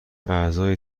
اعضای